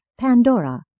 Pandora